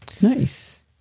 nice